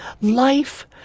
Life